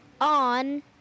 on